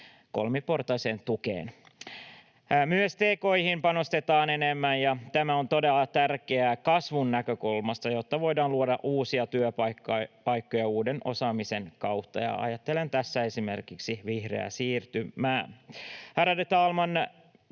kolmiportaiseen tukeen. Myös tki:hin panostetaan enemmän, ja tämä on todella tärkeää kasvun näkökulmasta, jotta voidaan luoda uusia työpaikkoja uuden osaamisen kautta. Ajattelen tässä esimerkiksi vihreää siirtymää.